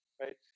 right